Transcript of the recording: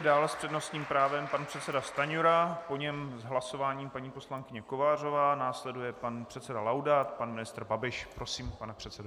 Dále s přednostním právem pan předseda Stanjura, po něm s hlasováním paní poslankyně Kovářová, následuje pan předseda Laudát, pan ministr Babiš, prosím, pane předsedo.